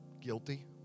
Guilty